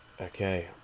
Okay